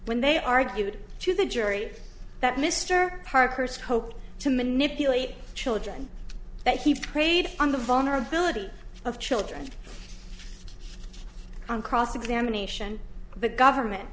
when they argued to the jury that mr parker's coke to manipulate children that he preyed on the vulnerability of children on cross examination the government